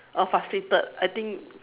oh frustrated I think